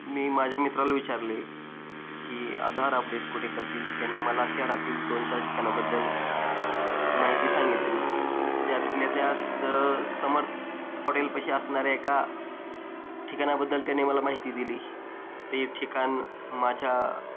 मी माझ्या मित्राला विचारले की आधार अपडेट कुठे करतील त्याने मला शहरातील दोन चार ठिकाणाबद्दल माहिती सांगितली त्यातल्या त्यात समर्थ डेलपाशी असणाऱ्या एका ठिकाणाबद्दल त्याने मला माहिती दिली ते ठिकाण माझ्या